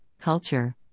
culture